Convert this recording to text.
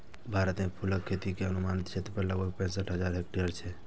भारत मे फूलक खेती के अनुमानित क्षेत्रफल लगभग पैंसठ हजार हेक्टेयर छै